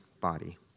body